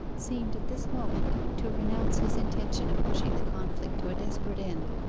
seemed at this moment to renounce his intention of pushing the conflict to a desperate end.